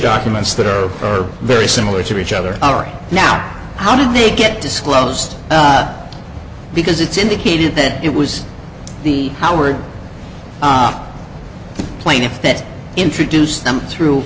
documents that are very similar to each other all right now how did they get disclosed because it's indicated that it was the power of the plaintiff that introduced them through